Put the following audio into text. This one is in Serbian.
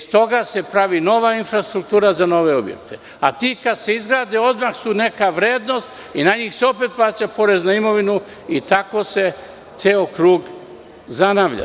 S toga se pravi nova infrastruktura za nove objekte, a ti kada se izgrade odmah su neka vrednost i na njih se opet plaća porez na imovinu i tako se ceo krug zanavlja.